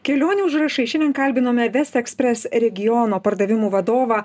kelionių užrašai šiandien kalbinome vest ekspres regiono pardavimų vadovą